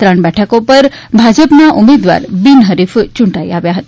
ત્રણ બેઠકો પર ભાજપના ઉમેદવાર બિન હરીફ યૂંટણી આવ્યા હતા